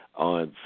on